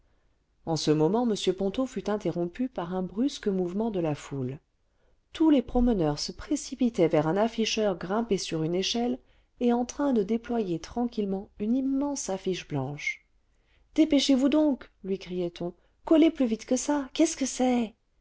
en ce moment m ponto fut interrompu par un brusque mouvement de la foule tous les promeneurs se précipitaient vers un afficheur grimpé sur une échelle et en train de déployer tranquillement une immense affiche blanche dépêchez-vous donc lui criait-on collez plus vite que ça qu'est-ce que c'est